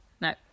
No